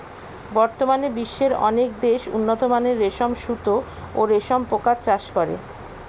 বর্তমানে বিশ্বের অনেক দেশ উন্নতমানের রেশম সুতা ও রেশম পোকার চাষ করে